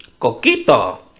coquito